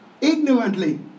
ignorantly